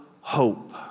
hope